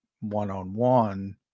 one-on-one